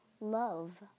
love